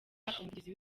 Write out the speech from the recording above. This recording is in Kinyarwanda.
umuvugizi